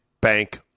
bank